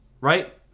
right